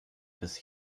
bis